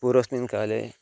पूर्वस्मिन् काले